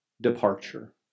departure